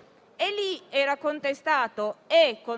espresse. È